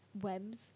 webs